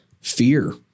fear